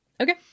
Okay